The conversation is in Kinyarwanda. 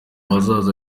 bazaza